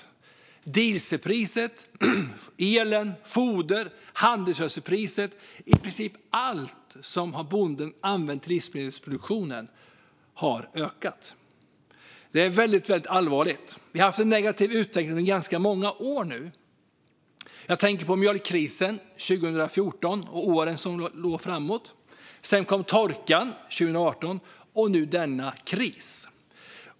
Priset på diesel, el, foder, handelsgödsel och i princip allt som bonden använder till livsmedelsproduktionen har ökat. Detta är väldigt allvarligt. Vi har haft en negativ utveckling under ganska många år nu. Jag tänker på mjölkkrisen 2014 och åren därefter. Sedan kom torkan 2018, och nu har vi denna kris.